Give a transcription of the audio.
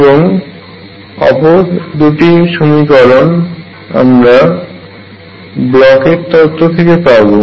এবং অপর দুটি সমীকরণ আমরা ব্লকের তত্তও থেকে পাব